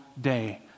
day